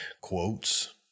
quotes